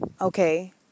okay